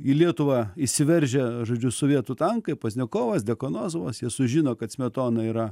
į lietuvą įsiveržė žodžiu sovietų tankai pozniakovas dekanozovas jie sužino kad smetona yra